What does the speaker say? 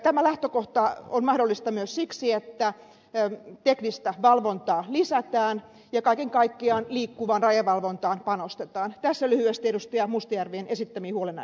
tämä lähtökohta on mahdollista myös siksi että teknistä valvontaa lisätään ja kaiken kaikkiaan liikkuvaan rajavalvontaan panostetaan pääsee myös edustaja mustajärven esittämiinhulina